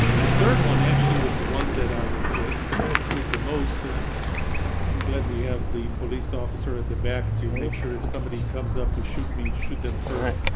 the third one actually was the one that i was impressed with the most. ah i'm glad we have the police officer at the back to make sure if somebody comes up to shoot me shoot them first.